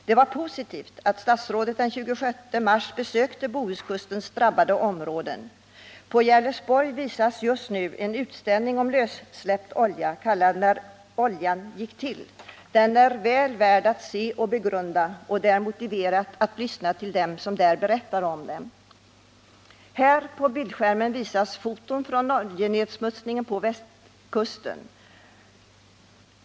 Det var positivt att statsrådet den 26 mars besökte Bohuskustens drabbade områden. På Gerlesborg visas just nu en utställning om lössläppt olja kallad ” När oljan gick till”. Den är väl värd att ses och begrundas, och det är motiverat att lyssna till dem som där berättar om den. På bildskärmen visas foton från oljenedsmutsningen på västkusten.